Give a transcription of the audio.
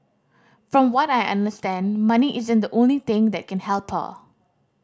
from what I understand money isn't the only thing that can help her